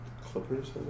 Clippers